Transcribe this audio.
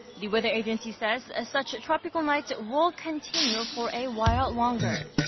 the weather agency says ah such tropical nights will continue for a while longer.